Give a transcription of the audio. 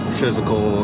physical